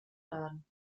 laden